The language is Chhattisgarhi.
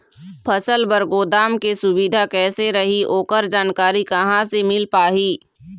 फसल बर गोदाम के सुविधा कैसे रही ओकर जानकारी कहा से मिल पाही?